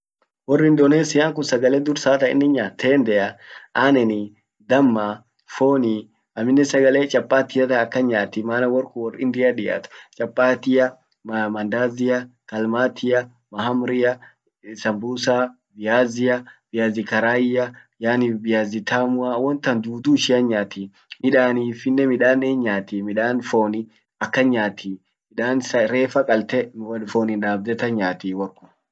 Wor Indonesian kun sagale dursa tainin nyaat tendea, aneni, damma, foni amminen sagale chapati tan akan nyaati mana wor kun wor indiat diat. Chapatia, mandazia, kalmatia, mahamria, sambusa, viazi, viazi karaia, yaani viazi tamua, won tan dudu ishia hinyati. midanifinen, midan hinyaati ,midan foni akan nyaati, reefa qalte, fonin dabde tan nyaati.